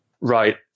Right